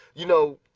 you know,